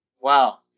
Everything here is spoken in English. Wow